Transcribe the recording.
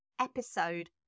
episode